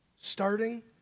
Starting